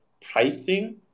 pricing